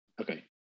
okay